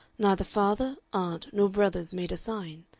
neither father, aunt, nor brothers made a sign,